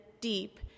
deep